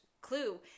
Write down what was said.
clue